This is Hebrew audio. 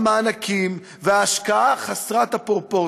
המענקים וההשקעה חסרת הפרופורציות.